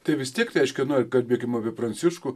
tai vis tiek reiškia na ir kalbėkim apie pranciškų